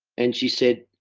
and she said,